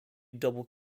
double